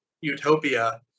utopia